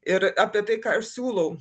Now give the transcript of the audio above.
ir apie tai ką aš siūlau